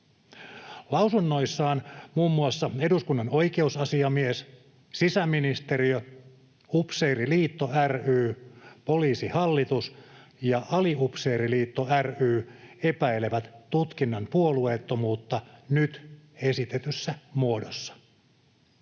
Lausunnoissaan muun muassa eduskunnan oikeusasiamies, sisäministeriö, Upseeriliitto ry, Poliisihallitus ja Aliupseeriliitto ry epäilevät tutkinnan puolueettomuutta nyt esitetyssä muodossa.